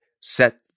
set